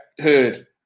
heard